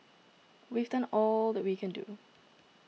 we've done all that we can do